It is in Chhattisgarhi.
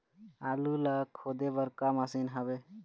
आलू ला खोदे बर का मशीन हावे?